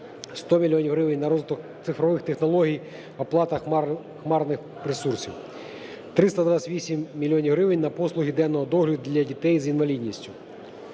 100 мільйонів гривень на розвиток цифрових технологій, оплата хмарних ресурсів, 328 мільйонів гривень на послуги денного догляду для дітей з інвалідністю.